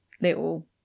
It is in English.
little